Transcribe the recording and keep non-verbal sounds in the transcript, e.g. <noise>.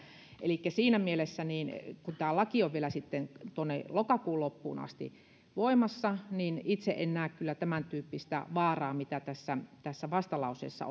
siinä mielessä kun tämä laki on vielä sitten tuonne lokakuun loppuun asti voimassa itse en näe kyllä vaaraa tämäntyyppisestä mitä tässä vastalauseessa <unintelligible>